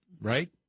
right